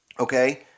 Okay